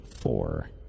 four